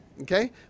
Okay